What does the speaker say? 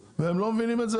והם לא מבינים את זה?